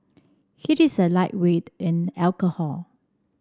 he is a lightweight in alcohol